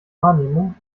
wahrnehmung